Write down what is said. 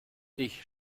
ich